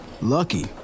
Lucky